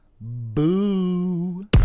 Boo